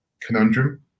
conundrum